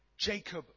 Jacob